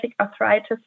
arthritis